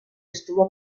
estuvo